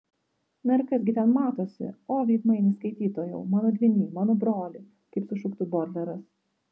na ir kas gi ten matosi o veidmainy skaitytojau mano dvyny mano broli kaip sušuktų bodleras